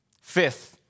Fifth